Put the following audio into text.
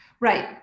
right